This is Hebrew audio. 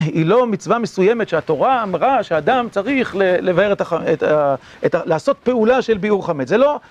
היא לא מצווה מסוימת שהתורה אמרה שאדם צריך לבאר את ה... לעשות פעולה של ביעור חמץ, זה לא.